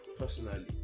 Personally